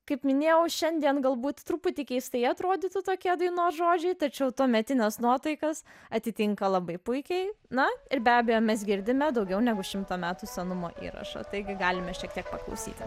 kaip minėjau šiandien galbūt truputį keistai atrodytų tokie dainos žodžiai tačiau tuometines nuotaikas atitinka labai puikiai na ir be abejo mes girdime daugiau negu šimto metų senumo įrašą taigi galime šiek tiek paklausyti